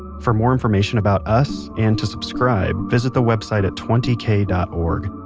for more information about us and to subscribe visit the website at twenty k dot org.